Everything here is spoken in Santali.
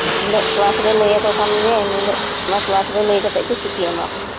ᱤᱱ ᱦᱤᱞᱟᱹᱜ ᱠᱞᱟᱥ ᱨᱮ ᱞᱟᱹᱭᱟᱠᱚ ᱠᱷᱟᱱᱜᱮ ᱤᱱᱦᱤᱞᱚᱜ ᱱᱚ ᱠᱞᱟᱥᱨᱮ ᱞᱟᱹᱤ ᱠᱟᱛᱮᱜᱮ ᱪᱷᱩᱴᱤ ᱮᱢᱟᱠᱚ ᱦᱩᱭᱩᱜᱼᱟ